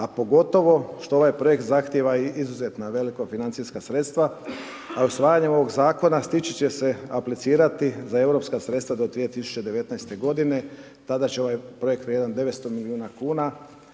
a pogotovo što ovaj projekt zahtjeva i izuzetno velika financijska sredstva, a usvajanjem ovog zakona stići će se aplicirati za europska sredstva do 2019. godine, tada će ovaj projekt vrijedan 900 milijuna kuna